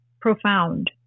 profound